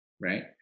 Right